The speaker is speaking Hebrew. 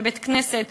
בבית-הכנסת,